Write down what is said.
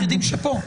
אנחנו היחידים שפה.